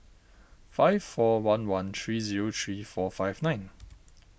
five four one one three zero three four five nine